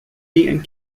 and